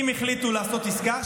אם החליטו לעשות עסקה,